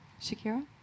Shakira